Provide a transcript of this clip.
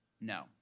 no